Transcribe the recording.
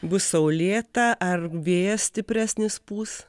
bus saulėta ar vėjas stipresnis pūs